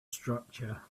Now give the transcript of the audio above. structure